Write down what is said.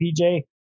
PJ